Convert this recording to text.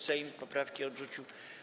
Sejm poprawki odrzucił.